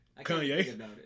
Kanye